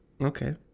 Okay